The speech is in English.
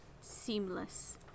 Seamless